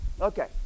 okay